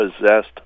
possessed